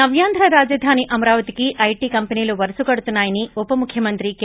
నవ్యాంధ్ర రాజధాని అమరావతికి ఐటీ కంపెనీలు వరుస కడుతున్నా యని ఉపముఖ్యమంత్రి కె